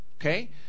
Okay